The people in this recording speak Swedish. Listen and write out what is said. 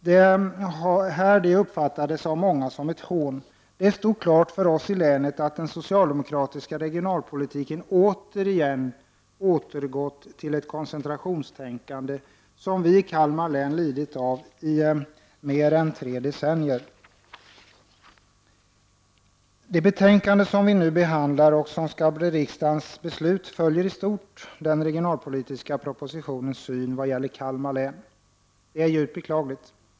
Det här uppfattades av många som ett hån. Det stod klart för oss i länet att den socialdemokratiska regionalpolitiken återigen återgått till det koncentrationstänkande som vi i Kalmar län lidit av i mer än tre decennier. Det betänkande som vi nu behandlar och som skall bli riksdagens beslut följer i stort den regionalpolitiska propositionens syn vad gäller Kalmar län. Det är djupt beklagligt.